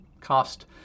cost